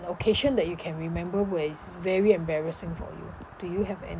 the occasion that you can remember where is very embarrassing for you do you have any